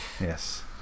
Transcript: Yes